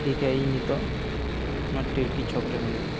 ᱴᱷᱤᱠᱟ ᱤᱧ ᱱᱤᱛᱚᱜ ᱱᱚᱣᱟ ᱴᱤᱨᱠᱤ ᱪᱷᱚᱠ ᱨᱮ ᱢᱤᱱᱟᱹᱧᱟ